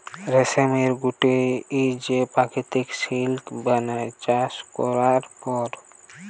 রেশমের গুটি যে প্রকৃত সিল্ক বানায় চাষ করবার পর